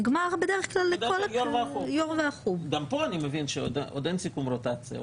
נגמר בדרך כלל לכל -- גם פה אני מבין שעוד אין סיכום רוטציה.